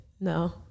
No